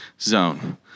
zone